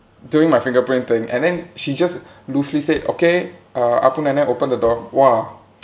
doing my finger print thing and then she just loosely said okay uh ah pu neh neh open the door !wah!